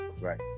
Right